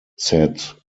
said